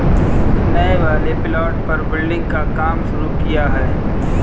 नए वाले प्लॉट पर बिल्डिंग का काम शुरू किया है